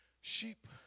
sheep